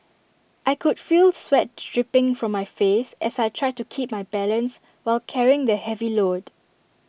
I could feel sweat dripping from my face as I tried to keep my balance while carrying the heavy load